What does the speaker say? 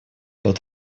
тот